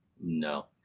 No